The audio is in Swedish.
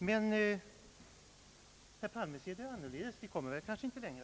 Men herr Palme ser det annorledes. Vi kommer kanske inte längre.